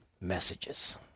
messages